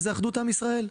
וזו אחדות עם ישראל.